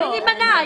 למה להימנע?